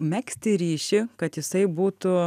megzti ryšį kad jisai būtų